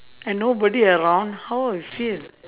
and nobody around how I feel